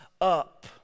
up